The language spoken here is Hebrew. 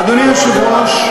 אדוני היושב-ראש,